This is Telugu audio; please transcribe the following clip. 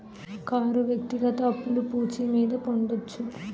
కారు వ్యక్తిగత అప్పులు పూచి మీద పొందొచ్చు